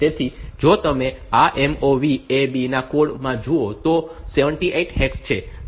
તેથી જો તમે આ MOV AB ના કોડ માં જુઓ તો 78 હેક્સ છે